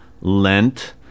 Lent